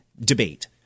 debate